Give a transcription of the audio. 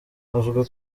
avuga